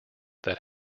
that